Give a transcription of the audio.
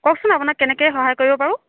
কওকচোন আপোনাক কেনেকৈ সহায় কৰিব পাৰোঁ